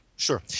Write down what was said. Sure